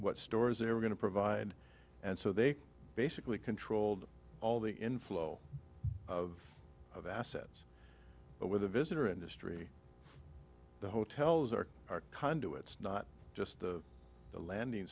what stores they were going to provide and so they basically controlled all the inflow of of assets but with the visitor industry the hotels are conduits not just the landing